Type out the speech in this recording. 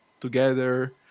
together